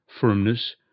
firmness